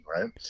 right